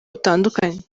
butandukanye